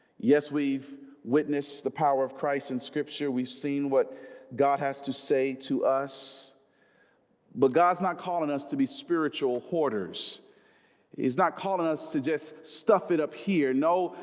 yes, we've witnessed the power of christ in scripture. we've seen what god has to say to us but god's not calling us to be spiritual hoarders he's not calling us to just stuff it up here no,